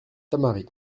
tamaris